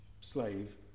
slave